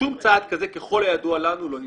שום צעד כזה, ככל הידוע לנו, לא ננקט.